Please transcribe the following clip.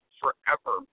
forever